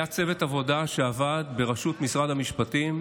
היה צוות עבודה בראשות משרד המשפטים,